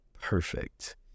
perfect